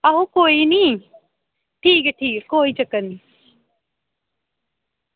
आहो कोई निं ठीक ऐ ठीक ऐ कोई चक्कर निं